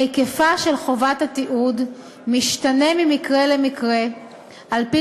היקפה של חובת התיעוד משתנה ממקרה למקרה על-פי